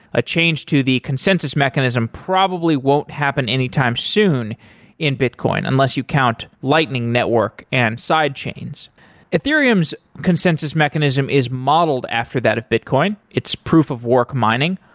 a change to the consensus mechanism probably won't happen anytime soon in bitcoin, unless you count lightning network and side chains ethereum's consensus mechanism is modeled after that off bitcoin, its proof of work mining.